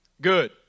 Good